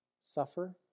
suffer